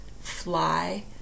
fly